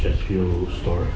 jet fuel stor